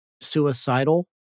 suicidal